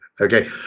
okay